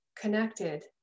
connected